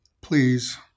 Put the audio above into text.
Please